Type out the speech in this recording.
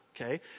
okay